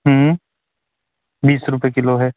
बीस रुपए किलो है